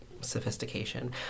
sophistication